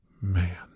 man